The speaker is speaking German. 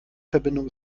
verbindung